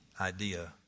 idea